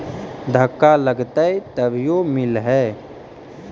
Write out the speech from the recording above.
धक्का लगतय तभीयो मिल है?